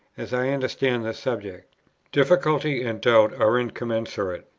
as i understand the subject difficulty and doubt are incommensurate.